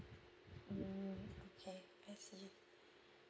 mm okay